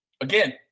Again